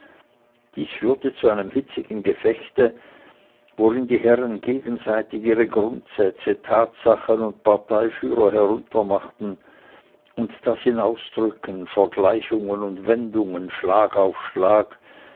dies führte zu einem hitzigen gefechte worin die herren gegenseitig ihre grundsätze tatsachen und parteifahrer heruntermachten und das in ausdrücken vergleichungen und wendungen schlag auf schlag